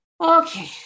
Okay